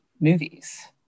movies